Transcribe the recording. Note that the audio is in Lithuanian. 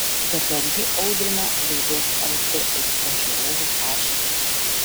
dabar ji audrina laidos lt aistra žiūrovų paširdžius